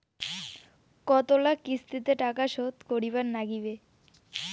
কতোলা কিস্তিতে টাকা শোধ করিবার নাগীবে?